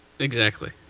exactly.